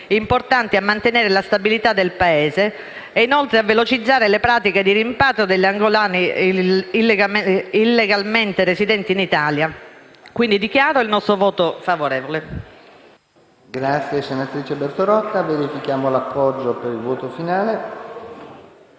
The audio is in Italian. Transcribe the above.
importanti per mantenere la stabilità nel Paese e, inoltre, per velocizzare le pratiche di rimpatrio degli angolani illegalmente residenti in Italia. Dichiaro pertanto il nostro voto favorevole.